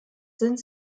sind